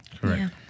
Correct